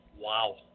Wow